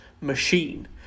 machine